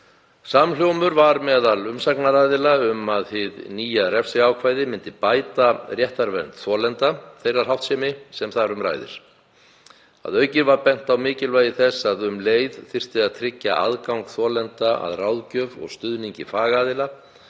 Samhljómur var á meðal umsagnaraðila um að hið nýja refsiákvæði myndi bæta réttarvernd þolenda þeirrar háttsemi sem þar um ræðir. Að auki var bent á mikilvægi þess að um leið þyrfti að tryggja aðgang þolenda að ráðgjöf og stuðningi fagaðila